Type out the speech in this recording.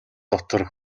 дотор